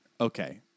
okay